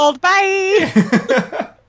Bye